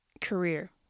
career